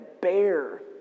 bear